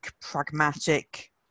pragmatic